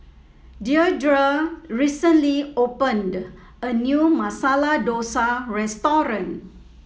Deirdre recently opened a new Masala Dosa restaurant